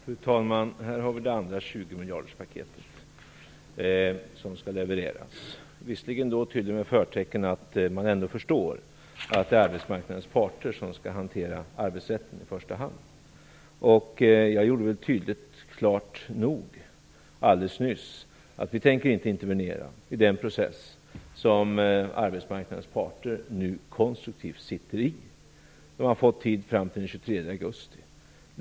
Fru talman! Här har vi det andra 20 miljarderspaketet som skall levereras, visserligen med förtecknen att man ändå förstår att det är arbetsmarknadens parter som skall hantera arbetsrätten i första hand. Jag gjorde väl klart och tydligt alldeles nyss att vi inte tänker intervenera i den process som arbetsmarknadens parter nu konstruktivt sitter i. De har fått tid fram till den 23 augusti.